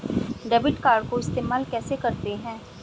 Debit card को इस्तेमाल कैसे करते हैं?